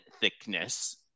thickness